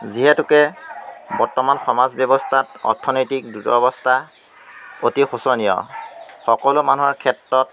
যিহেতুকে বৰ্তমান সমাজ ব্যৱস্থাত অৰ্থনৈতিক দূৰৱস্থা অতি শোচনীয় সকলো মানুহৰ ক্ষেত্ৰত